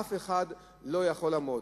אף אחד לא יכול לעמוד.